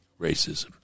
racism